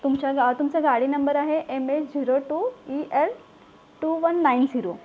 तुमच्या गा तुमचा गाडी नंबर आहे M H zero two E L two one nine zero